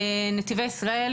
נתיבי ישראל,